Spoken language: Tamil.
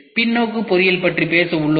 பின்னோக்கு பொறியியல் பற்றி பேச உள்ளோம்